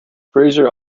fraser